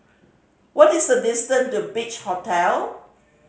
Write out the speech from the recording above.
what is the distance to Beach Hotel